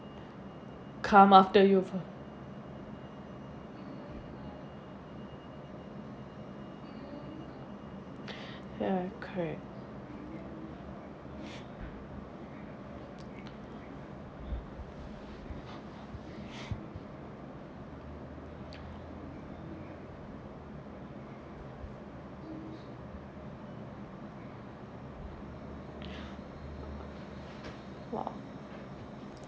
come after you for ya correct